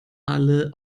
alle